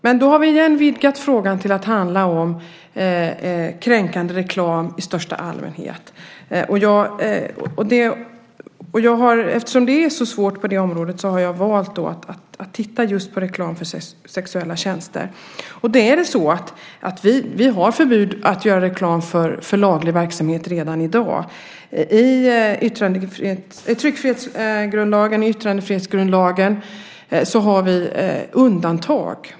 Men då har vi åter vidgat frågan till att handla om kränkande reklam i största allmänhet, och eftersom det området är så svårt har jag valt att titta på reklam för just sexuella tjänster. Vi har redan i dag förbud mot att göra reklam för laglig verksamhet. I tryckfrihetsförordningen och i yttrandefrihetsgrundlagen har vi undantag.